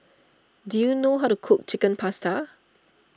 do you know how to cook Chicken Pasta